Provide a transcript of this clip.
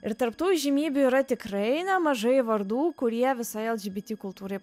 ir tarp tų įžymybių yra tikrai nemažai vardų kurie visai lgbt kultūrai